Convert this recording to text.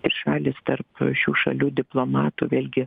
trišalis tarp šių šalių diplomatų vėlgi